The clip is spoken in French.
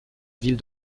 ville